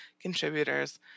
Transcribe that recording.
contributors